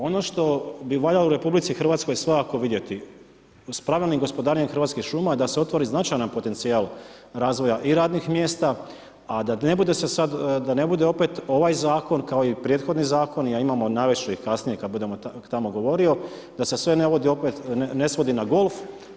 Ono što bi valjalo u RH svakako vidjeti s pravilnim gospodarenjem Hrvatskih šuma da se otvori značajan potencijal razvoja i radnih mjesta, a da ne bude sad opet ovaj zakon kao i prethodni zakon, a imamo navest ću ih kasnije kad budem tamo govorio da se sve ne vodi opet, ne svodi na golf.